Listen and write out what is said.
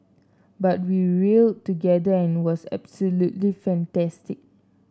but we rallied together and it was absolutely fantastic